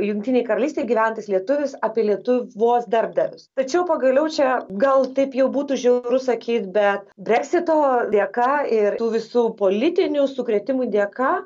jungtinėj karalystėj gyvenantis lietuvis apie lietuvos darbdavius tačiau pagaliau čia gal taip jau būtų žiauru sakyt be breksito dėka ir tų visų politinių sukrėtimų dėka